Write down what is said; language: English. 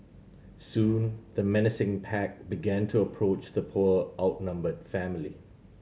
soon the menacing pack began to approach the poor outnumbered family